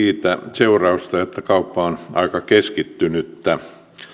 seurausta siitä että kauppa on aika keskittynyttä